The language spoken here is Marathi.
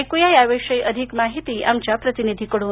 ऐकुया या विषयी अधिक माहिती आमच्या प्रतिनिधिकडून